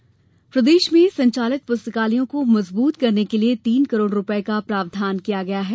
पुस्तकालय प्रदेश में संचालित प्रस्तकालयों के सुदृढीकरण के लिए तीन करोड रुपए का प्रावधान किया गया है